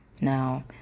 Now